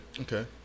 Okay